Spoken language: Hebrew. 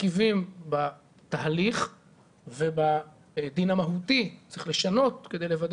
מרכיבים בתהליך ובדין המהותי צריך לשנות כדי לוודא